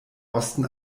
osten